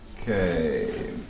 Okay